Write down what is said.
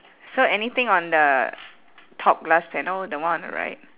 so anything on the top glass panel the one on the right